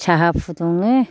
साहा फुदुङो